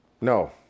No